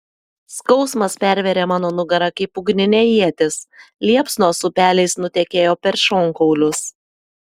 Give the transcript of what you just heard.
skausmas pervėrė mano nugarą kaip ugninė ietis liepsnos upeliais nutekėjo per šonkaulius